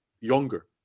younger